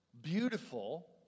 beautiful